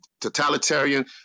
totalitarian